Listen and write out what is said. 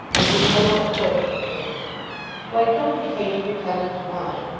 and we know what course to take why don't you taste your tenant's wine?